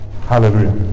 Hallelujah